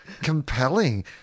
compelling